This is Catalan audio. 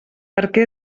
perquè